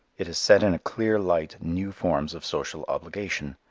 it has set in a clear light new forms of social obligation.